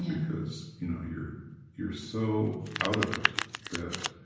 because you know you're you're so out of it that